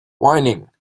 whining